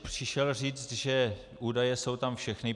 ... přišel říct, že údaje jsou tam všechny.